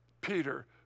Peter